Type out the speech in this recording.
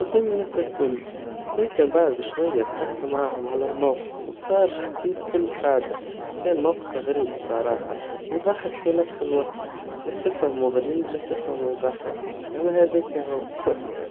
قدام الناس الكل, لكن بعد شويا ضحكت معاهم على الموقف وصار تحديت كل قاعدا, كان موقف غريب بصراحا, ويضحك في نفس الوقت, لا تفهم هو غريب, لا تفهم هو يضحك, هذاكا هو.